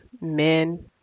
men